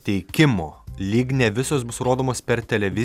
teikimo lyg ne visos bus rodomas per televiziją